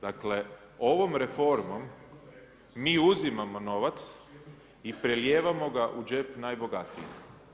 Dakle, ovo reformom mi uzimamo novac i prelijevamo ga u džep najbogatijih.